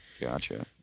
Gotcha